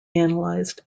analyzed